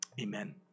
Amen